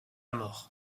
mort